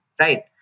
right